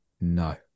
No